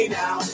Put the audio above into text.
now